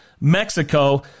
Mexico